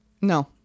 No